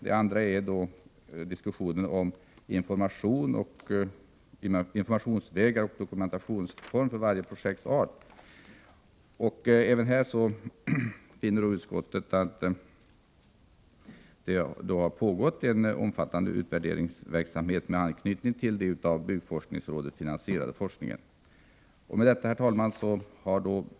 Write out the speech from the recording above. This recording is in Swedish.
Vad gäller diskussionen om informationsvägar och bättre möjlighet att välja dokumentationsform efter varje projekts art finner utskottet att det har pågått en omfattande utvärderingsverksamhet med anknytning till den av byggforskningsrådet finansierade forskningen. Herr talman!